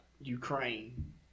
Ukraine